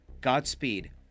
Godspeed